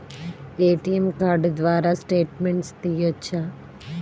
ATM card ద్వారా statement తీయవచ్చా?